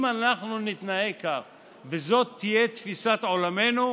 אם אנחנו נתנהג כך וזאת תהיה תפיסת עולמנו,